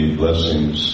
blessings